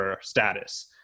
status